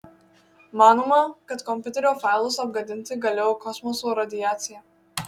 manoma kad kompiuterio failus apgadinti galėjo kosmoso radiacija